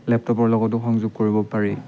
লেপটপৰ লগতো সংযোগ কৰিব পাৰি